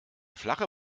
flache